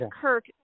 kirk